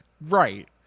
right